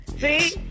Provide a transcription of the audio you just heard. See